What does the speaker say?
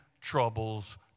troubles